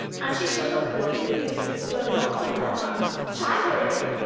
and she shall look that these abuses flow not from her tongue chide her, anippe.